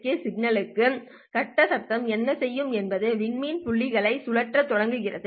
K சிக்னலுக்கு கட்ட சத்தம் என்ன செய்யும் என்பது விண்மீன் புள்ளிகளை சுழற்றத் தொடங்குகிறது